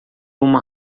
uma